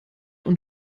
und